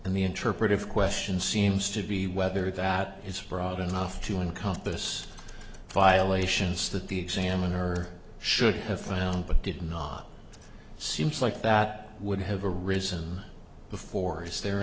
and the interpretive question seems to be whether that is broad enough to encompass violations that the examiner should have filed but did not seems like that would have arisen before is there